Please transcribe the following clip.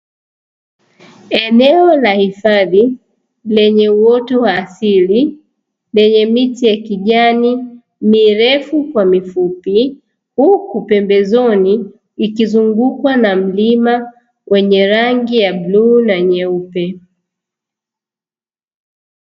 Eneo la hifadhi lenye uoto wa asili, lenye miti ya kijani mirefu kwa mifupi, huku pembezoni ikizungukwa na mlima wenye rangi ya bluu na nyeupe.